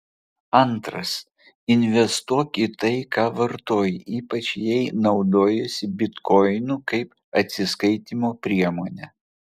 antras investuok į tai ką vartoji ypač jei naudojiesi bitkoinu kaip atsiskaitymo priemone